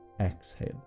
exhale